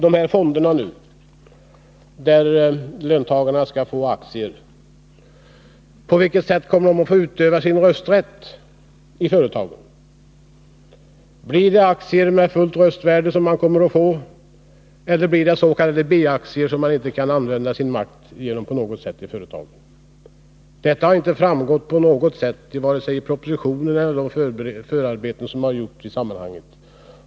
Löntagarna föreslås nu ha aktier i de här fonderna. På vilket sätt kommer de att få utöva sin rösträtt i företagen? Blir det aktier med fullt röstvärde som man får, eller blir dets.k. B-aktier, där man inte kan använda sin makt i företaget på något sätt? Detta har inte alls framgått av vare sig propositionen eller de förarbeten som gjorts.